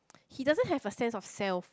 he doesn't have a sense of self